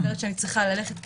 אני מצטערת שאני צריכה ללכת,